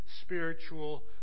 spiritual